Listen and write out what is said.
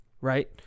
right